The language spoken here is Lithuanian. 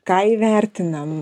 ką įvertinam